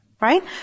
Right